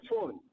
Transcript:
phone